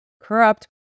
corrupt